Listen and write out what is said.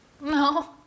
No